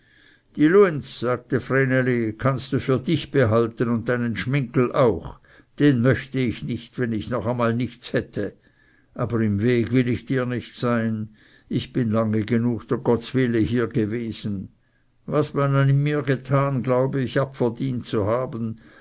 die luenz sagte vreneli kannst du für dich behalten und deinen schminggel auch den möchte ich nicht wenn ich noch einmal nichts hätte aber im weg will ich dir nicht mehr sein ich bin lange genug dr gottswille hier gewesen was man an mir getan glaube ich abverdient zu haben